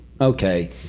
okay